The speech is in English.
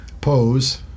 pose